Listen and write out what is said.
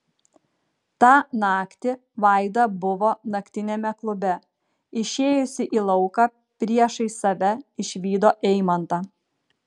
tą naktį vaida buvo naktiniame klube išėjusi į lauką priešais save išvydo eimantą